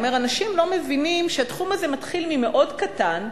הוא אומר: אנשים לא מבינים שהתחום הזה מתחיל מקטן מאוד,